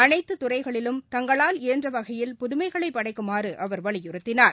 அனைத்துதுறைகளிலும் தங்களால் இயன்றவகையில் புதுமைகளைபடைக்குமாறுஅவர் வலியுறுத்தினார்